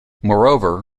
moreover